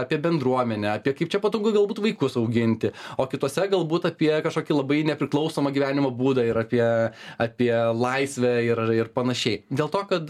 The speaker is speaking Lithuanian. apie bendruomenę apie kaip čia patogu galbūt vaikus auginti o kituose galbūt apie kažkokį labai nepriklausomą gyvenimo būdą ir apie apie laisvę ir ir panašiai dėl to kad